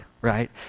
right